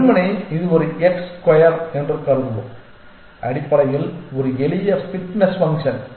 வெறுமனே இது ஒரு எக்ஸ் ஸ்கொயர் என்று கருதுவோம் அடிப்படையில் ஒரு எளிய ஃபிட்னஸ் ஃபங்ஷன்